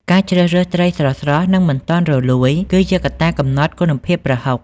ការជ្រើសរើសត្រីស្រស់ៗ និងមិនទាន់រលួយគឺជាកត្តាកំណត់គុណភាពប្រហុក។